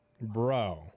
Bro